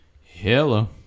Hello